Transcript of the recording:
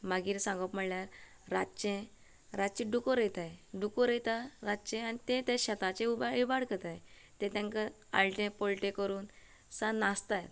मागीर सांगप म्हणल्यार रातचे रातचे डुकोर येताय रातचे आनी ते ते शेताचे उबाय इबाड करताय ते तेंका आलटो पलटे करून सां नाचताय